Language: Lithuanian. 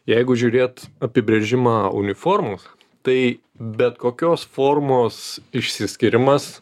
jeigu žiūrėt apibrėžimą uniformos tai bet kokios formos išsiskyrimas